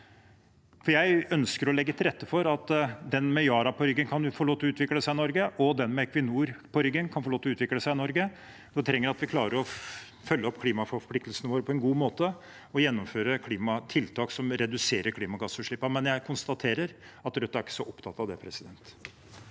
Jeg ønsker å legge til rette for at den med Yara på ryggen kan få lov til å utvikle seg i Norge, og den med Equinor på ryggen kan få lov til å utvikle seg i Norge. Da trengs det at vi klarer å følge opp klimaforpliktelsene våre på en god måte og gjennomføre tiltak som reduserer klimagassutslippene. Jeg konstaterer at Rødt ikke er så opptatt av det. Presidenten